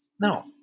No